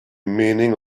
meaning